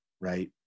right